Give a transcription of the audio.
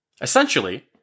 Essentially